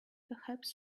perhaps